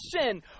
sin